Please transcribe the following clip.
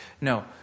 No